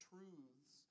Truths